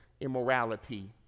immorality